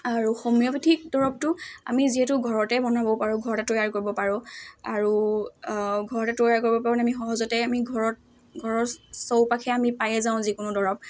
আৰু হোমিঅ'পেথিক দৰৱটো আমি যিহেতু ঘৰতে বনাব পাৰোঁ ঘৰতে তৈয়াৰ কৰিব পাৰোঁ আৰু ঘৰতে তৈয়াৰ কৰিব পাৰোঁনে আমি সহজতে আমি ঘৰত ঘৰৰ চৌপাশে আমি পাইয়ে যাওঁ যিকোনো দৰৱ